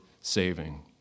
saving